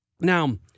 Now